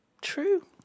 true